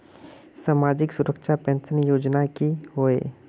सामाजिक सुरक्षा पेंशन योजनाएँ की होय?